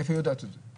מאיפה היא יודעת את זה?